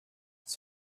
das